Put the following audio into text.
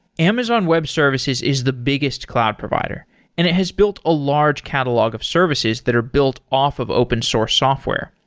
amazon web services is the biggest cloud provider and it has built a large catalog of services that are built off of open source software,